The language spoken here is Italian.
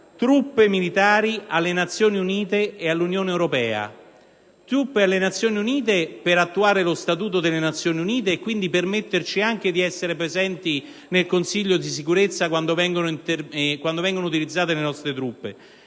truppe militari alle Nazioni Unite ed all'Unione europea: truppe alle Nazioni Unite per attuare lo Statuto delle Nazioni Unite e quindi permetterci anche di essere presenti nel Consiglio di Sicurezza quando vengono utilizzate le nostre truppe;